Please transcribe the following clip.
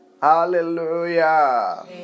Hallelujah